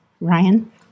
Ryan